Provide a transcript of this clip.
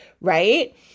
right